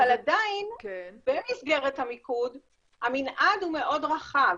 אבל עדיין במסגרת המיקוד המנעד הוא מאוד רחב.